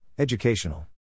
Educational